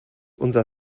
unser